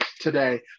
today